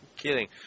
Kidding